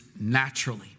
naturally